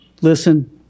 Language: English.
listen